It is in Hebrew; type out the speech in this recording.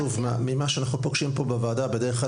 ממה שאנחנו פוגשים פה בוועדה בדרך כלל